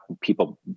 people